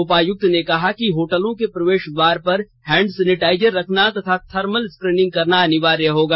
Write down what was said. उपायुक्त ने कहा कि होटलों के प्रवेश द्वार पर हैंड सैनिटाइजर रखना तथा थर्मल स्क्रीनिंग करना अनिवार्य होगा